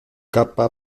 capa